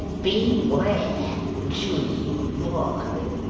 beware, g. varden